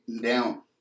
down